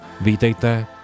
Vítejte